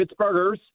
Pittsburghers